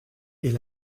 est